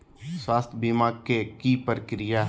स्वास्थ बीमा के की प्रक्रिया है?